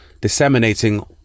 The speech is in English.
disseminating